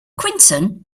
quentin